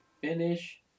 finish